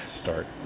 start